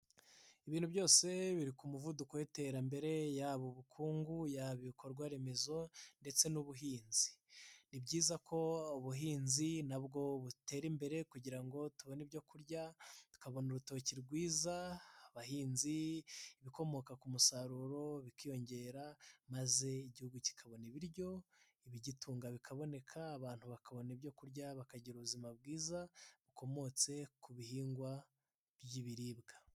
Ibintu byose biri ku muvuduko w'iterambere yaba ubukungu, yaba ibikorwa remezo ndetse n'ubuhinzi, ni byiza ko ubuhinzi nabwo butera imbere kugira ngo tubone ibyo kurya, tukabona urutoki rwiza, abahinzi, ibikomoka ku musaruro bikiyongera maze igihugu kikabona ibiryo, ibigitunga bikaboneka, abantu bakabona ibyo kurya, bakagira ubuzima bwiza bukomotse ku bihingwa by'ibiribwa.